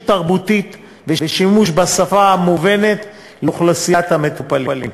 תרבותית ושימוש בשפה המובנת לאוכלוסיית המטופלים.